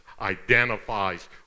identifies